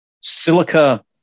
Silica